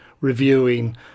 reviewing